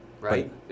Right